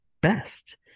best